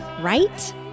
Right